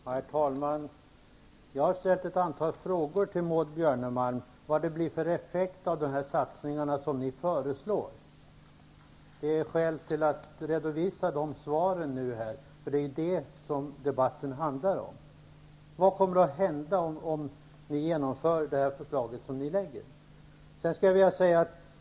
Herr talman! Jag har ställt ett antal frågor till Maud Björnemalm om vad det blir för effekt av de satsningar som Socialdemokraterna föreslår. Det är skäl att redovisa svaren nu, för det är det som debatten handlar om. Vad kommer att hända om ni genomför det förslag som ni lägger?